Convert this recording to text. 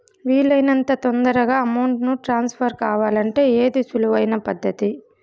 వీలు అయినంత తొందరగా అమౌంట్ ను ట్రాన్స్ఫర్ కావాలంటే ఏది సులువు అయిన పద్దతి